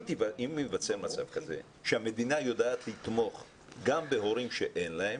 אם ייווצר מצב כזה שהמדינה יודעת לתמוך גם בהורים שאין להם,